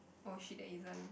oh shit there isn't